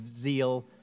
zeal